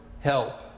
help